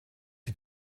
die